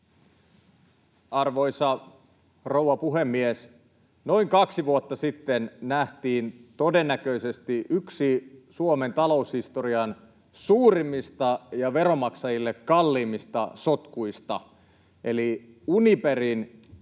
Arvoisa rouva puhemies! Noin kaksi vuotta sitten nähtiin todennäköisesti yksi Suomen taloushistorian suurimmista ja veronmaksajille kalliimmista sotkuista, eli Uniperin valtavat